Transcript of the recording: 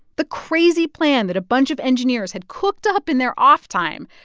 the crazy plan that a bunch of engineers had cooked up in their off-time,